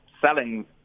selling